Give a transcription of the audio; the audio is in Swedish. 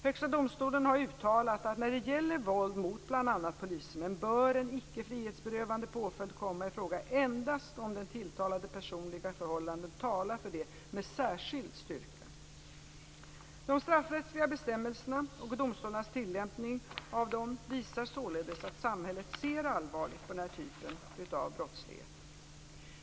Högsta domstolen har uttalat att när det gäller våld mot bl.a. polismän bör en icke frihetsberövande påföljd komma i fråga endast om den tilltalades personliga förhållanden talar för det med särskild styrka. De straffrättsliga bestämmelserna och domstolarnas tillämpning av dessa visar således att samhället ser allvarligt på den här typen av brottslighet.